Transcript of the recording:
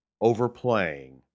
overplaying